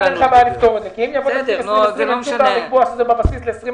אין שום בעיה לקבוע שזה בבסיס.